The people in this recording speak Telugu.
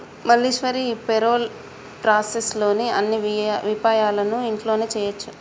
మల్లీశ్వరి ఈ పెరోల్ ప్రాసెస్ లోని అన్ని విపాయాలను ఇంట్లోనే చేయొచ్చు